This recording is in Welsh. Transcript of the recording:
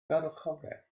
farchogaeth